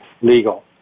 legal